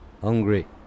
hungry